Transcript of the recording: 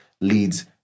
leads